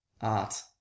art